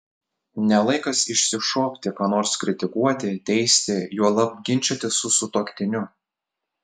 ne laikas išsišokti ką nors kritikuoti teisti juolab ginčytis su sutuoktiniu